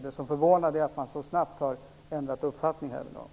Det är förvånande att man har ändrat uppfattning om detta så snabbt.